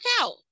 out